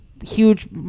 huge